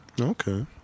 Okay